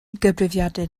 gyfrifiadur